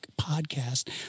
podcast